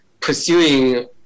pursuing